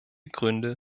gründe